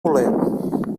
voler